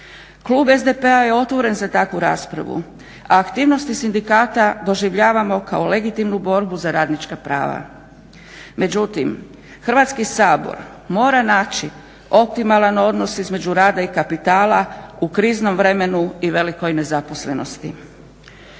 Klub SDP-a je otvoren za takvu raspravu a aktivnosti sindikata doživljavamo kao legitimnu borbu za radnička prava. Međutim, Hrvatski sabor mora naći optimalan odnos između rada i kapitala u kriznom vremenu i velikoj nezaposlenosti.